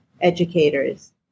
educators